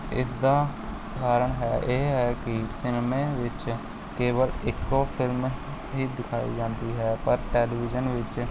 ਇਸਦਾ ਕਾਰਨ ਹੈ ਇਹ ਹੈ ਕਿ ਸਿਨੇਮਾ ਵਿੱਚ ਕੇਵਲ ਇੱਕ ਫ਼ਿਲਮ ਹੀ ਦਿਖਾਈ ਜਾਂਦੀ ਹੈ ਪਰ ਟੈਲੀਵਿਜ਼ਨ ਵਿੱਚ